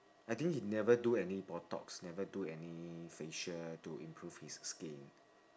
I think he never do any botox never do any facial to improve his skin